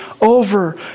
over